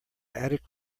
attic